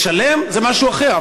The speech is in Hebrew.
לשלם זה משהו אחר,